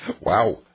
Wow